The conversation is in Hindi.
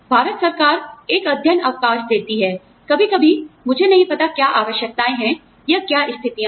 भारत सरकार एक अध्ययन अवकाश देती है कभी कभी मुझे नहीं पता क्या आवश्यकताएं हैं या क्या स्थितियाँ हैं